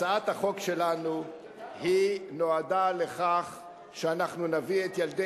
הצעת החוק שלנו נועדה לכך שאנחנו נביא את ילדי